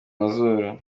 mazuru